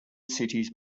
cities